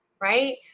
right